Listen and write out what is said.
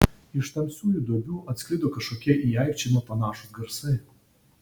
iš tamsiųjų duobių atsklido kažkokie į aikčiojimą panašūs garsai